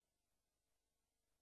כבוד